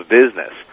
business